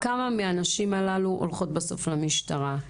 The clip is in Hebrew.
כמה מהנשים הללו הולכות בסוף למשטרה?